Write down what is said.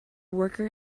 worker